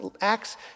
Acts